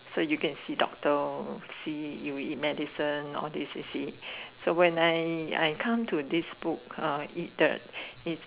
so you can see doctor see you eat medicine all this you see so when I I come to this book uh it the it